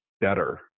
better